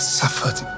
suffered